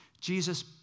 Jesus